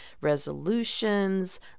resolutions